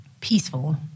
peaceful